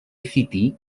city